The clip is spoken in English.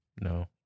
No